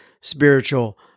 spiritual